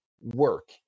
work